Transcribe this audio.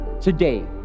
today